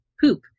poop